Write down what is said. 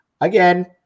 Again